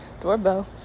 doorbell